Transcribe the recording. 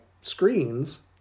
screens